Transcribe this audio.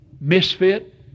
misfit